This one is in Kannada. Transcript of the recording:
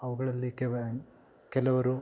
ಅವುಗಳಲ್ಲಿ ಕೆವ್ಯಾನ್ ಕೆಲವರು